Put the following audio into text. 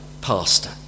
pastor